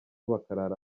bakarara